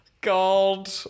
God